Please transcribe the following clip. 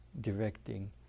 directing